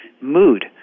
mood